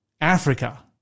Africa